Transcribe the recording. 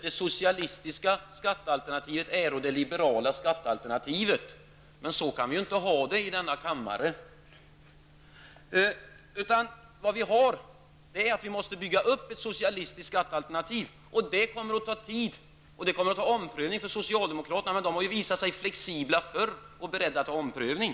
Det socialistiska skattealternativet är det liberala skattealternativet. Så kan vi inte ha det i denna kammare. Vi måste bygga upp ett socialistiskt skattealternativ. Det kommer att ta tid, och det kommer att få omprövas av socialdemokraterna. De har visat sig flexibla förr och beredda till omprövning.